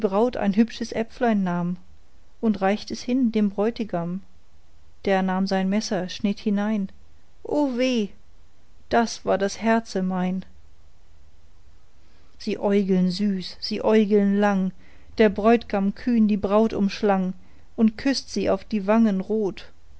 ein hübsches äpflein nahm und reicht es hin dem bräutigam der nahm sein messer schnitt hinein o weh das war das herze mein sie äugeln süß sie äugeln lang der bräutigam kühn die braut umschlang und küßt sie auf die wangen rot